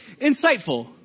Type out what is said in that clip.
insightful